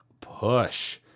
push